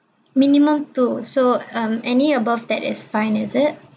minimum two so um any above that is fine is it